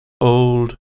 Old